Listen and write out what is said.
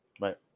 right